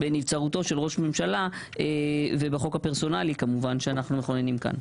בנבצרותו של ראש הממשלה ובחוק הפרסונלי כמובן שאנחנו מכוננים כאן.